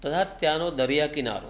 તથા ત્યાંનો દરિયા કિનારો